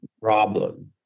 problem